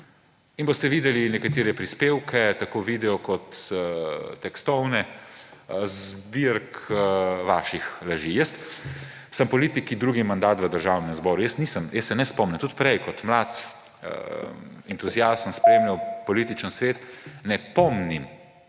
in boste videli nekatere prispevke, tako video kot tekstovne, zbirk vaših laži. Jaz sem v politiki drugi mandat v Državnem zboru. Jaz se ne spomnim, tudi prej kot mlad entuziast sem spremljal političen svet, ne pomnim,